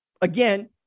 again